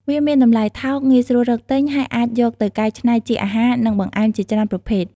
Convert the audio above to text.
វាមានតម្លៃថោក ងាយស្រួលរកទិញ ហើយអាចយកទៅកែច្នៃជាអាហារ និងបង្អែមជាច្រើនប្រភេទ។